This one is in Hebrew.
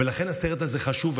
ולכן הסרט הזה חשוב,